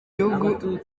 gihugu